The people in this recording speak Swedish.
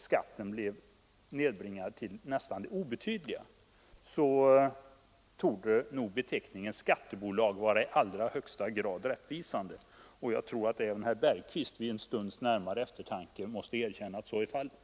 Skatten nedbringades och blev mycket obetydlig. Därför torde beteckningen skattebolag vara i allra högsta grad rättvis. Även herr Bergqvist måste efter en stunds närmare eftertanke erkänna att så är fallet.